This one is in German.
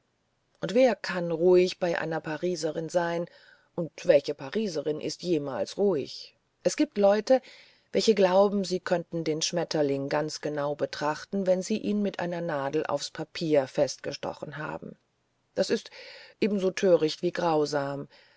aber wer kann ruhig bei einer pariserin sein und welche pariserin ist jemals ruhig es gibt leute welche glauben sie könnten den schmetterling ganz genau betrachten wenn sie ihn mit einer nadel aufs papier festgestochen haben das ist ebenso töricht wie grausam